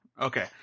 Okay